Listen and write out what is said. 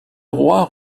roi